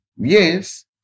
Yes